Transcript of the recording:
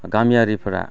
गामियारिफोरा